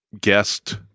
guest